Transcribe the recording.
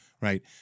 right